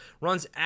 runs